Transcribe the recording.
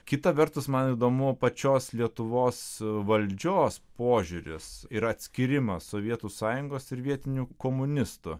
kita vertus man įdomu pačios lietuvos valdžios požiūris ir atskyrimas sovietų sąjungos ir vietinių komunistų